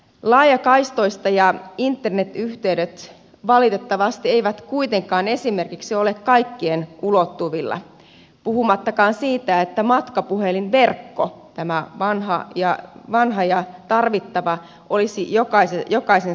laajakaistat ja internet yhteydet valitettavasti eivät kuitenkaan esimerkiksi ole kaikkien ulottuvilla puhumattakaan siitä että matkapuhelinverkko tämä vanha ja tarvittava olisi jokaisen saatavilla